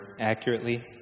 accurately